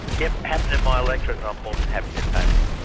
it happened in my electorate and i'm more than happy to table it.